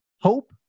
hope